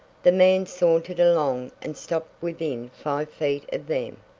the man sauntered along and stopped within five feet of them.